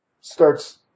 starts